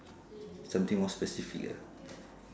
something more specific ah